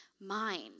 Mind